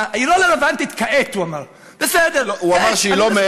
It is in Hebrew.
לא, זה לא נכון, זה לא נכון.